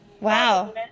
Wow